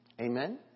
Amen